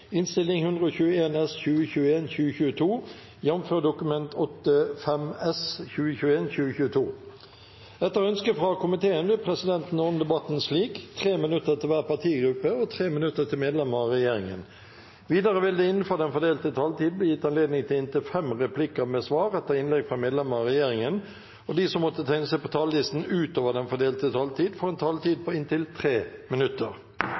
minutter til medlemmer av regjeringen. Videre vil det – innenfor den fordelte taletid – bli gitt anledning til inntil fem replikker med svar etter innlegg fra medlemmer av regjeringen, og de som måtte tegne seg på talerlisten utover den fordelte taletid, får en taletid på inntil 3 minutter.